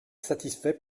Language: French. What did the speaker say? satisfait